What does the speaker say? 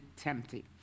tempting